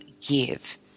give